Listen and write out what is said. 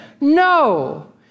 No